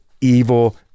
evil